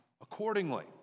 accordingly